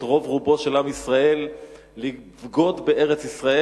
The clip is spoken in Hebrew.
רוב רובו של עם ישראל לבגוד בארץ-ישראל.